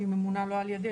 שהיא ממונה לא על ידי,